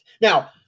Now